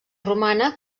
romana